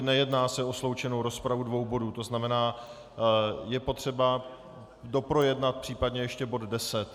Nejedná se o sloučenou rozpravu dvou bodů, tzn. je potřeba doprojednat případně ještě bod 10.